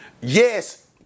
yes